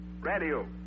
Radio